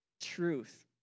truth